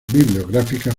bibliográficas